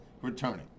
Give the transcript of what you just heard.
returning